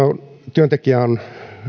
työntekijä on